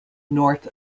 north